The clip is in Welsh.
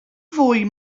fwy